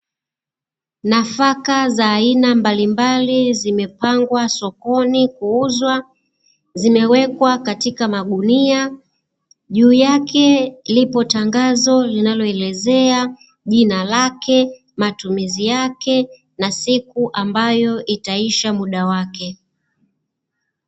Nafaka za aina mbalimbali zimepangwa sokoni kuuzwa, zimewekwa katika magunia. Juu yake lipo tangazo linaloelezea jina lake, matumizi yake na siku ambayo itaisha muda wake.